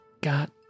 got